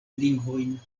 lingvojn